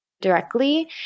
directly